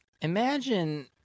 Imagine